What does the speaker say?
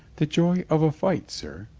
the joy of a fight, sir.